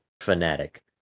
fanatic